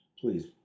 Please